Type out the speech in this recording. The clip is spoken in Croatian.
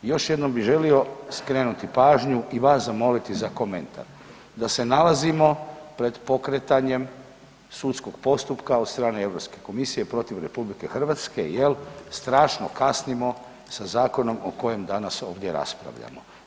Još jednom bi želio skrenuti pažnju i vas zamoliti za komentar da se nalazimo pred pokretanjem sudskog postupka od strane Europske komisije protiv RH jel strašno kasnimo sa zakonom o kojem danas ovdje raspravljamo.